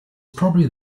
probably